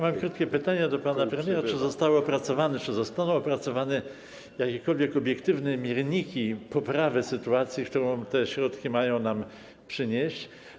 Mam krótkie pytanie do pana premiera: Czy zostały opracowane, czy zostaną opracowane jakiekolwiek obiektywne mierniki poprawy sytuacji, którą te środki mają nam przynieść?